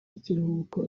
y’ikiruhuko